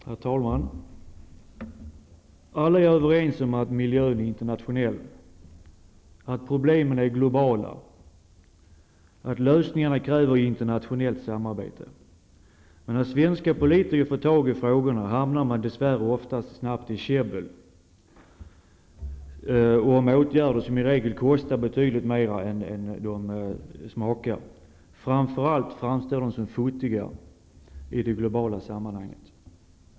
Herr talman! Alla är överens om att miljön är internationell, att problemen är globala, att lösningarna kräver internationellt samarbete. När svenska politiker får tag på frågorna hamnar man dess värre snabbt i käbbel om åtgärder som i regel kostar betydligt mer än de smakar. Framför allt framstår de som futtiga i det globala sammanhanget.